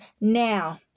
now